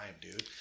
dude